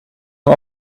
een